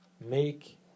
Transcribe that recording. make